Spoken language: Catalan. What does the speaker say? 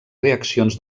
reaccions